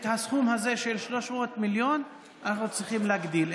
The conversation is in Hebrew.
את הסכום הזה של 300 מיליון אנחנו צריכים להגדיל,